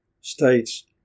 states